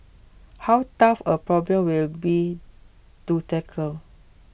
how tough A problem will be to tackle